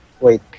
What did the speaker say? Wait